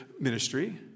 ministry